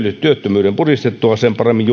työttömyyden puristettua sen paremmin